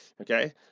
Okay